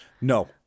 No